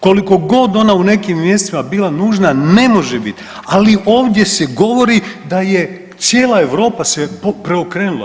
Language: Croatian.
Koliko god ona u nekim mjestima bila nužna ne može biti, ali ovdje se govori da je cijela Europa se preokrenula.